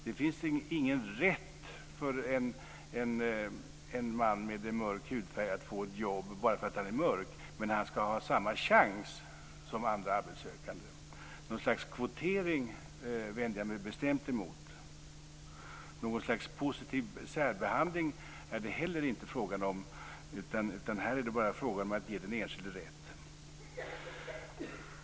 Det finns ingen rätt för en man med mörk hudfärg att få ett jobb bara därför att han är mörk, men han skall ha samma chans som andra arbetssökande. Något slags kvotering vänder jag mig bestämt emot. Något slags positiv särbehandling är det heller inte frågan om, utan här är det bara frågan om att ge den enskilde rätt.